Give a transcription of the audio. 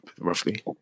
roughly